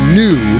new